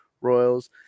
Royals